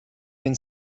been